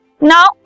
Now